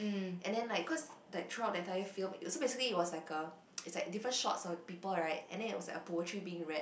and then like cause like throughout the entire film it was basically it was like a it's like a different shots of people right and then it was like a poetry being read